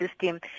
system